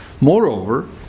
Moreover